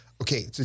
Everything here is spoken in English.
Okay